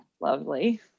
Lovely